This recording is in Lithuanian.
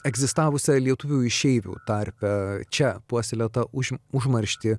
egzistavusią lietuvių išeivių tarpe čia puoselėta už užmarštį